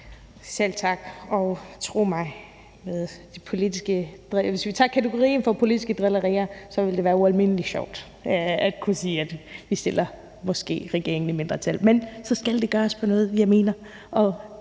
Selv tak, og tro mig, hvis vi tager kategorien politiske drillerier, ville det være ualmindelig sjovt at kunne sige, at vi måske stiller regeringen i mindretal, men så skal det gøres med noget, jeg mener,